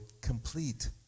complete